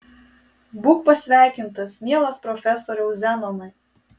būk pasveikintas mielas profesoriau zenonai